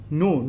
no